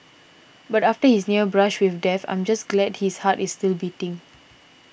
but after his near brush with death I'm just glad his heart is still beating